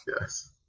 yes